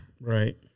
right